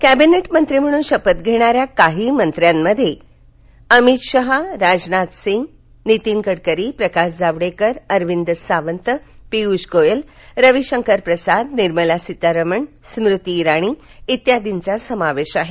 कॅबिनेटमंत्री म्हणून शपथ घेणाऱ्या काही प्रमुख मंत्र्यांमध्ये अमित शहा राजनाथसिंह नितीन गडकरी प्रकाश जावडेकर अरविंद सावंत पियुष गोयल रवी शंकर प्रसाद निर्मला सीतारमण स्मृती इराणी इत्यादींचा समावेश आहे